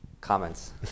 Comments